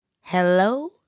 Hello